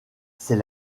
ses